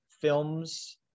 films